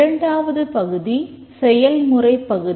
இரண்டாவது பகுதி செயல்முறைப் பகுதி